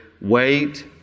wait